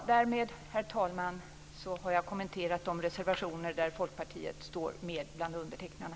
Därmed, herr talman, har jag kommenterat de reservationer där Folkpartiet står med bland undertecknarna.